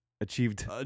achieved